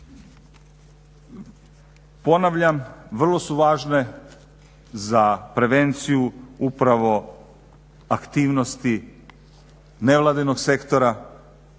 Ponavljam, vrlo su važne za prevenciju upravo aktivnosti nevladinog sektora,